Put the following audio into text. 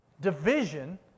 division